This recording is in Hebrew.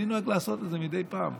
אני נוהג לעשות את זה מדי פעם,